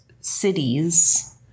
cities